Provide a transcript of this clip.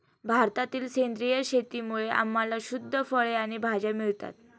भारतातील सेंद्रिय शेतीमुळे आम्हाला शुद्ध फळे आणि भाज्या मिळतात